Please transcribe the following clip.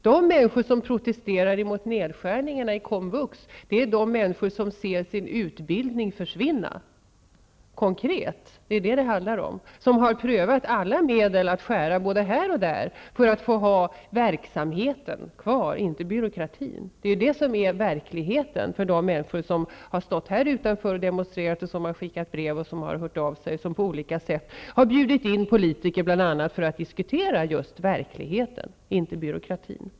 De människor som protesterar emot nedskärningarna inom komvux är människor som ser sin utbildning försvinna konkret. Det är vad det handlar om. Här har man med alla medel försökt skära både här och där för att få ha verksamheten kvar, inte byråkratin. Detta är verklighet för de människor som har stått här utanför huset och demonstrerat, skickat brev och hört av sig samt bjudit in politiker för att diskutera just verkligheten, inte byråkratin.